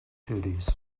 duties